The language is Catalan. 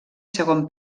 segon